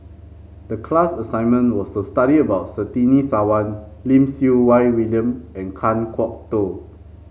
the class assignment was to study about Surtini Sarwan Lim Siew Wai William and Kan Kwok Toh